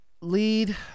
lead